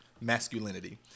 masculinity